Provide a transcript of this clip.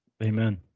Amen